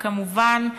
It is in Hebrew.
וכמובן,